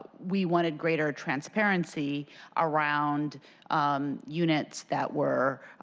we wanted greater transparency around units that were